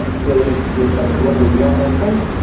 so if there's something wrong with one endpoint,